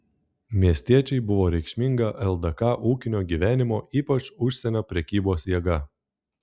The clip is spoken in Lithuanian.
miestiečiai buvo reikšminga ldk ūkinio gyvenimo ypač užsienio prekybos jėga